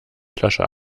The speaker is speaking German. flasche